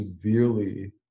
severely